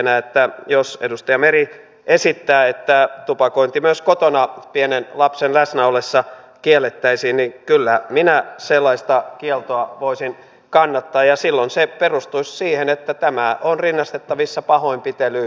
että jos edustaja meri esittää että tupakointi myös kotona pienen lapsen läsnä ollessa kiellettäisiin niin kyllä minä sellaista kieltoa voisin kannattaa ja silloin se perustuisi siihen että tämä on rinnastettavissa pahoinpitelyyn